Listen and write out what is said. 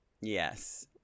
yes